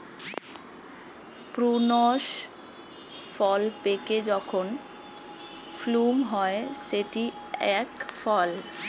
prunes ফল পেকে যখন প্লুম হয় সেটি এক ফল